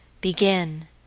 begin